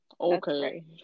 okay